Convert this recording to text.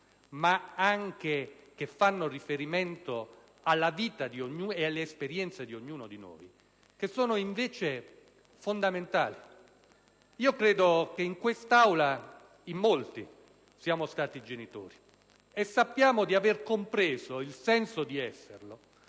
ma che fanno riferimento alla vita e all'esperienza di ognuno di noi, e dunque fondamentali. Credo che in Aula molti siamo genitori e sappiamo di aver compreso il senso di esserlo